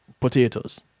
potatoes